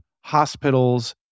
hospitals